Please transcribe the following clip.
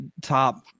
top